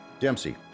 Dempsey